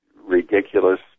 ridiculous